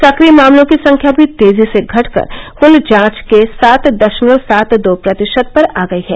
सक्रिय मामलों की संख्या भी तेजी से घटकर कुल जांच के सात दशमलव सात दो प्रतिशत पर आ गई है